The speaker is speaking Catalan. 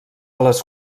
les